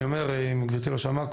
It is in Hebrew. אני אומר אם גברתי לא שמעה,